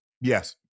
yes